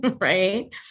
right